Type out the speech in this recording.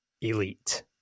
elite